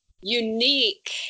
unique